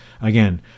Again